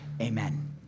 amen